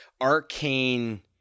arcane